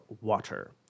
Water